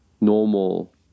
normal